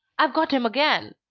i've got em again!